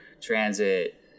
transit